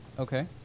Okay